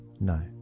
no